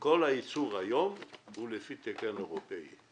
כל הייצור היום הוא לפי תקן אירופי.